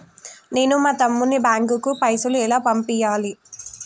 నేను మా తమ్ముని బ్యాంకుకు పైసలు ఎలా పంపియ్యాలి?